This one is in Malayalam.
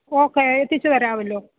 ഓക്കെ എത്തിച്ചു തരാമല്ലോ